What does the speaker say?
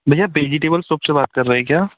भइया vegetable shop से बात कर रहे हैं क्या